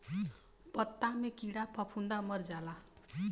पत्ता मे कीड़ा फफूंद मर जाला